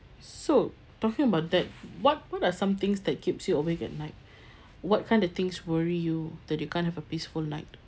so talking about that what what are some things that keeps you awake at night what kind of things worry you that you can't have a peaceful night